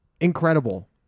Incredible